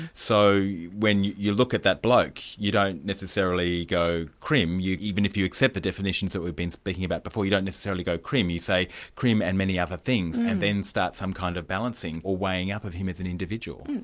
so when you look at that bloke you don't necessarily go crim, even if you accept the definitions that we've been speaking about before, you don't necessarily go crim, you say crim and many other things and then start some kind of balancing or weighing up of him as an individual.